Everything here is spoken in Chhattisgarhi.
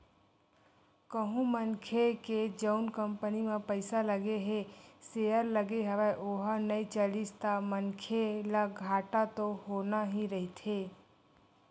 कहूँ मनखे के जउन कंपनी म पइसा लगे हे सेयर लगे हवय ओहा नइ चलिस ता मनखे ल घाटा तो होना ही रहिथे